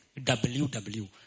WW